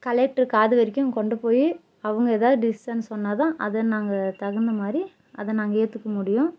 collector காது வரைக்கும் கொண்டு போய் அவங்க ஏதாவது டிசிசன் சொன்னால் தான் அதை நாங்கள் தகுந்த மாதிரி அதை நாங்கள் ஏற்றுக்க முடியும்